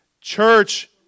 church